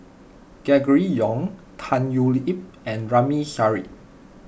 Gregory Yong Tan Thoon Lip and Ramli Sarip